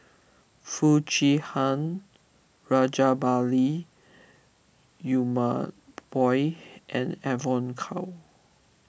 Foo Chee Han Rajabali Jumabhoy and Evon Kow